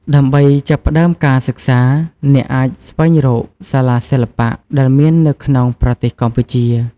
ដើម្បីចាប់ផ្ដើមការសិក្សា អ្នកអាចស្វែងរកសាលាសិល្បៈដែលមាននៅក្នុងប្រទេសកម្ពុជា។